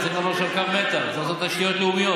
צריך לעבור שם קו מתח, צריך לעשות תשתיות לאומיות.